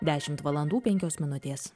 dešimt valandų penkios minutės